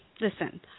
listen